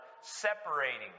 separating